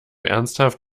ernsthaft